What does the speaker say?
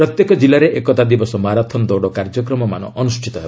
ପ୍ରତ୍ୟେକ ଜିଲ୍ଲାରେ ଏକତା ଦିବସ ମାରାଥନ୍ ଦୌଡ଼ କାର୍ଯ୍ୟକ୍ରମମାନ ଅନୁଷ୍ଠିତ ହେବ